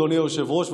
אדוני היושב-ראש,